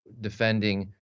defending